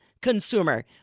consumer